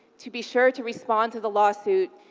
to be sure to respond to the lawsuit,